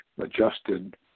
adjusted